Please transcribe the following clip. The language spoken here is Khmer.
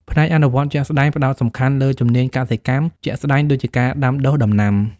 ផ្នែកអនុវត្តជាក់ស្តែងផ្តោតសំខាន់លើជំនាញកសិកម្មជាក់ស្តែងដូចជាការដាំដុះដំណាំ។